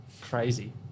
crazy